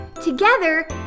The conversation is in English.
together